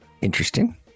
Interesting